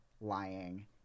lying